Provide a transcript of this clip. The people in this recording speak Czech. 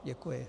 Děkuji.